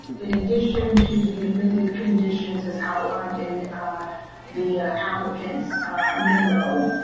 in addition to the amended conditions as outlined in the applicant's memo.